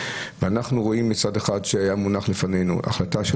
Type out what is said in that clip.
אנחנו רואים מצד אחד שהיה מונח לפנינו החלטה של